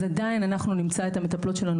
אז עדיין אנחנו נמצא את המטפלות שלנו